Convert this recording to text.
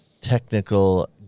technical